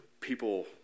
people